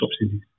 subsidies